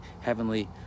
heavenly